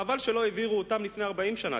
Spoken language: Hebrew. חבל שלא העבירו אותם לפני 40 שנה.